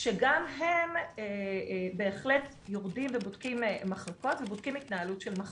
שגם הם בהחלט יורדים ובודקים מחלקות ובודקים התנהלות של מחלקות.